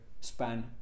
span